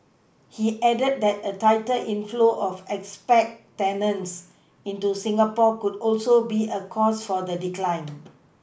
he added that a tighter inflow of expat tenants into Singapore could also be a cause for the decline